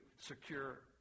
secure